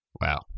Wow